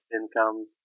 income